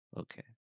Okay